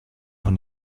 von